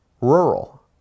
rural